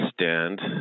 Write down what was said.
stand